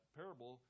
parable